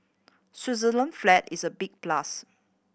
Switzerland flag is a big plus